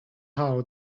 how